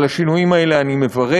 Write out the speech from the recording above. על השינויים האלה אני מברך.